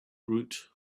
woot